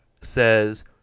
says